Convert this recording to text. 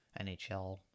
NHL